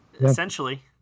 essentially